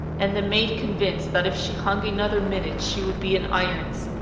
and the mate con vinced that if she hung another minute she would be in irons,